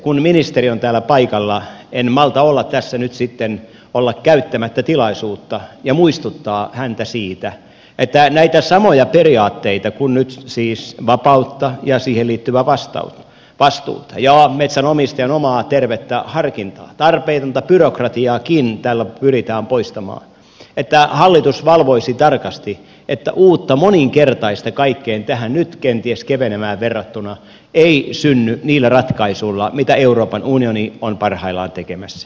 kun ministeri on täällä paikalla en malta olla tässä nyt sitten käyttämättä tilaisuutta ja muistuttamatta häntä siitä että näitä samoja periaatteita kuin nyt siis vapautta ja siihen liittyvää vastuuta ja metsänomistajan omaa tervettä harkintaa tarvitaan tarpeetonta byrokratiaakin tällä pyritään poistamaan ja että hallitus valvoisi tarkasti että uutta moninkertaista kaikkeen tähän nyt kenties kevenevään verrattuna ei synny niillä ratkaisuilla mitä euroopan unioni on parhaillaan tekemässä